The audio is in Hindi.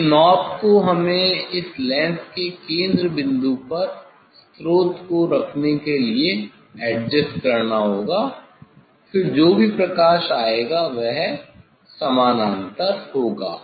इस नॉब को हमें इस लेंस के केंद्र बिंदु पर स्रोत को रखने के लिए एडजस्ट करना होगा फिर जो भी प्रकाश आएगा वह समानांतर होगा